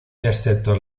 excepto